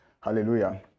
Hallelujah